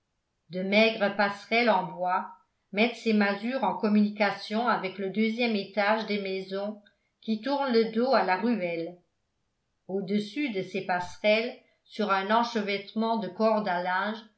de maigres passerelles en bois mettent ces masures en communication avec le deuxième étage des maisons qui tournent le dos à la ruelle au-dessus de ces passerelles sur un enchevêtrement de cordes à linge